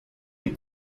les